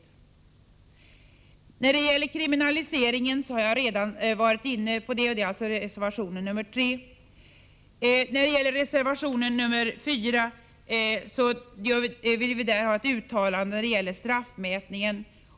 Reservation 3 handlar om kriminaliseringen, och detta har jag redan varit inne på. I reservation 4 begär vi ett uttalande när det gäller straffmätningen.